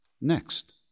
Next